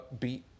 upbeat